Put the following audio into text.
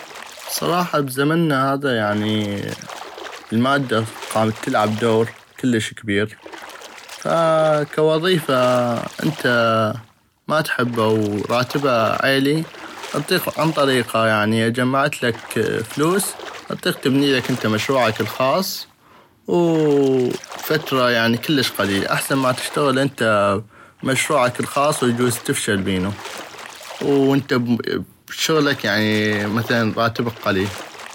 بصراحة بزمنا هذا يعني المادة قامت تلعب دور كلش كبير فكوظيفة انت ما تحبه وراتبها عيلي اطيق عن طريقها جمعتلك فلوس اطيق انت تبنيلك مشروعك الخاص وفترة يعني كلش قليلي احسن ما تشتغل انت بمشروعك الخاص واجوز تفشل بينو وانت بشغلك يعني راتبك قليل.